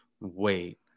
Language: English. wait